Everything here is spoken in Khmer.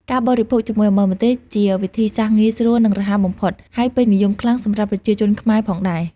ការបរិភោគជាមួយអំបិលម្ទេស ជាវិធីសាស្ត្រងាយស្រួលនិងរហ័សបំផុត ហើយពេញនិយមខ្លាំងសម្រាប់ប្រជាជនខ្មែរផងដែរ។